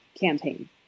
campaign